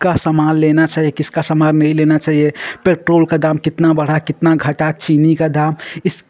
का सामान लेना चाहिए किसका सामान नहीं लेना चाहिए पेट्रोल का दाम कितना बढ़ा कितना घटा चीनी का दाम इस